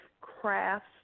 crafts